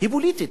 היא פוליטית.